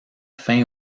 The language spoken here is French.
fin